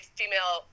female